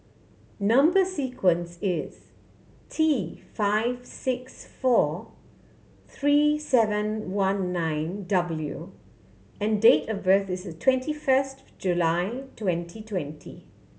number sequence is T five six four three seven one nine W and date of birth is twenty first July twenty twenty